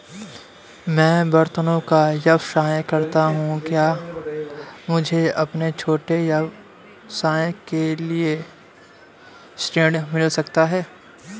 मैं बर्तनों का व्यवसाय करता हूँ क्या मुझे अपने छोटे व्यवसाय के लिए ऋण मिल सकता है?